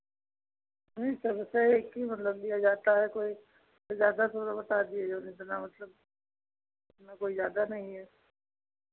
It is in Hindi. ठीक है वैसे एक ही मतलब लिया जाता है कोई ज़्यादा थोड़ो बता दिए जो कि इतना मतलब ना कोई ज़्यादा नहीं है